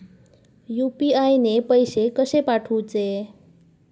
UPI ने पैशे कशे पाठवूचे?